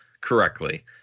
correctly